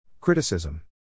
Criticism